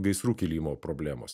gaisrų kilimo problemos